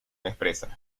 expresa